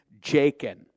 Jacob